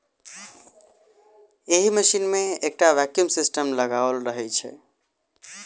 एहि मशीन मे एकटा वैक्यूम सिस्टम लगाओल रहैत छै